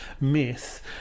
myth